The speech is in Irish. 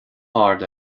ard